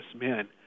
men